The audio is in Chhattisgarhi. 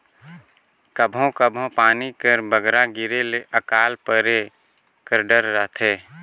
कभों कभों पानी कर बगरा गिरे ले अकाल परे कर डर रहथे